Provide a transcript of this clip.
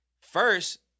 First